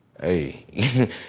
Hey